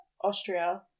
Austria